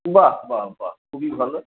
বাহ বাহ বাহ খুবই ভালো